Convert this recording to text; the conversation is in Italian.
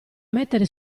mettere